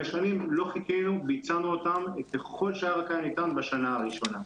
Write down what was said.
שנים לא חיכינו וביצענו אותן ככל שרק היה ניתן בשנה הראשונה.